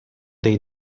dei